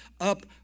up